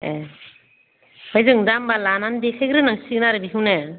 ए आमफ्राय जों दा होमबा लानानै देखायग्रोनांसिगोन आरो बेखौनो